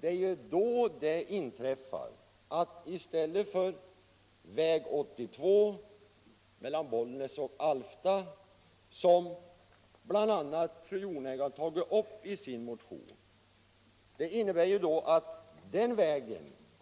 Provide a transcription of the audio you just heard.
Det blir ju då inte väg 82 mellan Bollnäs och Alfta, som bl.a. fru Jonäng har tagit upp i sin motion,